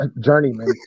journeyman